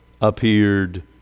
appeared